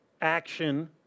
action